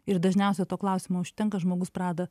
ir dažniausia to klausimo užtenka žmogus pradeda